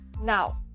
now